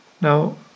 Now